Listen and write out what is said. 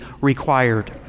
required